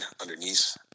underneath